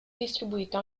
distribuito